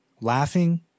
laughing